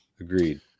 Agreed